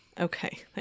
Okay